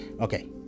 okay